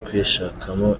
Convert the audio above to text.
kwishakamo